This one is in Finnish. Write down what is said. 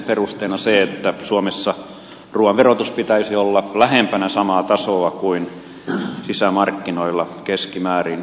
perusteena se että suomessa ruuan verotuksen pitäisi olla lähempänä samaa tasoa kuin sisämarkkinoilla keskimäärin on